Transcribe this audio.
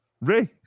Ray